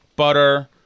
butter